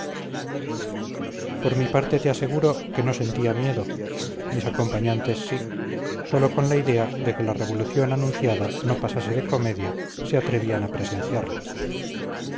por mi parte te aseguro que no sentía miedo mis acompañantes sí sólo con la idea de que la revolución anunciada no pasase de comedia se atrevían a presenciarla